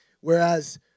Whereas